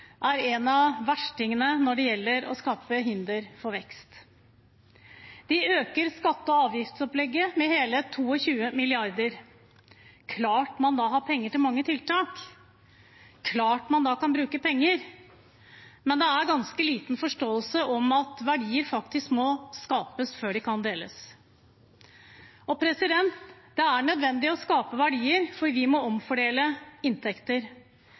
er en av verstingene når det gjelder å skape hinder for vekst. De øker skatte- og avgiftsopplegget med hele 22 mrd. kr. Det er klart man da har penger til mange tiltak. Det er klart man da kan bruke penger. Men det er ganske liten forståelse for at verdier faktisk må skapes før de kan deles. Det er nødvendig å skape verdier, for vi må omfordele inntekter.